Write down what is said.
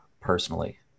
personally